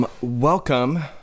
welcome